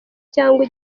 cyangwa